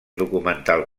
documental